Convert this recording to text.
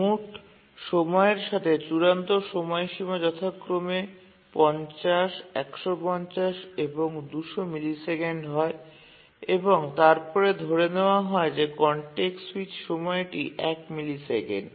মোট সময়ের সাথে চূড়ান্ত সময়সীমা যথাক্রমে ৫০ ১৫০ এবং ২০০ মিলিসেকেন্ড হয় এবং তারপরে ধরে নেওয়া হয় যে কনটেক্সট স্যুইচ সময়টি ১ মিলিসেকেন্ড